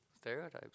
Stereotypes